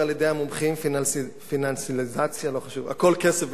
על-ידי המומחים "פיננסיליזציה" הכול כסף,